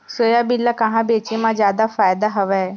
Soybean ल कहां बेचे म जादा फ़ायदा हवय?